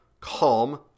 calm